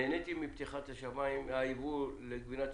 נהניתי מהייבוא של גבינה צהובה,